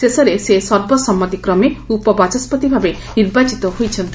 ଶେଷରେ ସେ ସର୍ବସମ୍ମତିକ୍ରମେ ଉପବାଚସ୍ବତି ଭାବେ ନିର୍ବାଚିତ ହୋଇଛନ୍ତି